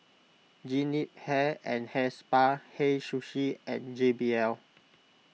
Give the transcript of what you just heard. Jean Yip Hair and Hair Spa Hei Sushi and J B L